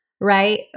right